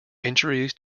injuries